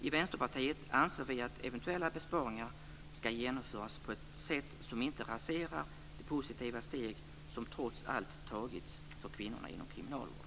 I Vänsterpartiet anser vi att eventuella besparingar ska genomföras på ett sätt som inte raserar de positiva steg som trots allt tagits för kvinnorna inom kriminalvården.